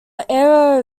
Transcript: aero